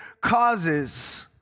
causes